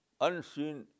unseen